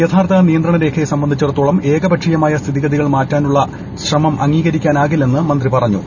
യഥാർത്ഥ നിയന്ത്രണ രേഖയെ സംബന്ധിച്ചിടത്തോളം ഏകപക്ഷീയമായ സ്ഥിതിഗതികൾ മാറ്റാനുള്ള ശ്രമം അംഗീകരിക്കാനാവില്ലെന്ന് മന്ത്രി പറഞ്ഞു